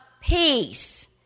peace